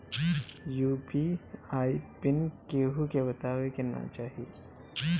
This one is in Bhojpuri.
यू.पी.आई पिन केहू के बतावे के ना चाही